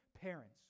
parents